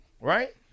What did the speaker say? right